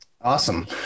awesome